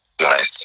Nice